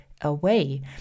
away